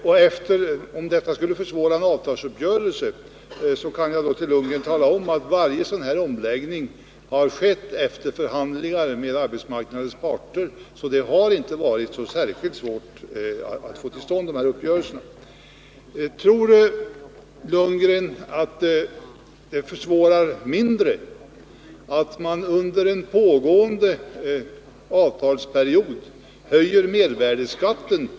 Bo Lundgren menade att detta skulle försvåra avtalsuppgörelser, men jag kan tala om för Bo Lundgren att varje sådan här omläggning har skett efter förhandlingar med arbetsmarknadens parter, så det har inte varit särskilt svårt att få till stånd dessa uppgörelser. Tror Bo Lundgren att det försvårar mindre att man under en pågående avtalsperiod höjer mervärdeskatten?